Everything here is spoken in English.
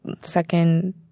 second